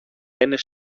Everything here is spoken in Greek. είναι